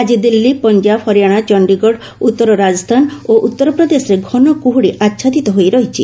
ଆଜି ଦିଲ୍ଲୀ ପଞ୍ଜାବ ହରିଆଣା ଚଣ୍ଡୀଗଡ଼ ଉତ୍ତର ରାଜସ୍ଥାନ ଓ ଉତ୍ତରପ୍ରଦେଶରେ ଘନ କୁହୁଡ଼ି ଆଚ୍ଛାଦିତ ହୋଇ ରହିଛି